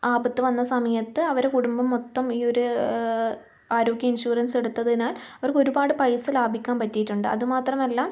ആപത്തു വന്ന സമയത്ത് അവരെ കുടുംബം മൊത്തം ഈ ഒര് ആരോഗ്യ ഇൻഷുറൻസ് എടുത്തതിനാൽ അവർക്കൊരുപാട് പൈസ ലാഭിക്കാൻ പറ്റിയിട്ടുണ്ട് അതുമാത്രമല്ല